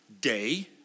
Day